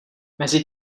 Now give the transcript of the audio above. mezi